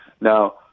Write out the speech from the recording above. Now